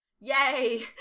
Yay